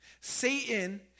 Satan